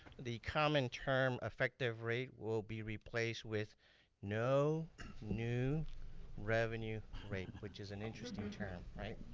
the common term effective rate will be replaced with no new revenue rate. which is an interesting term, right?